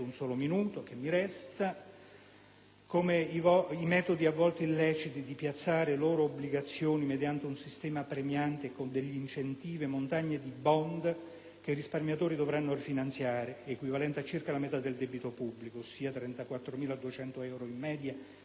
come i metodi a volte illeciti di piazzare loro obbligazioni mediante un sistema premiante e con degli incentivi: montagne di *bond* che i risparmiatori dovranno rifinanziare, equivalenti a circa le metà del debito pubblico, ossia 34.200 euro in media di *bond* bancari per ogni famiglia.